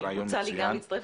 הוצע לי גם להצטרף.